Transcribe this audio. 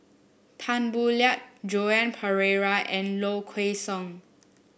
Tan Boo Liat Joan Pereira and Low Kway Song